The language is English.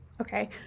Okay